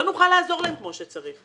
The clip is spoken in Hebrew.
לא נוכל לעזור להם כמו שצריך.